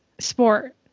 sport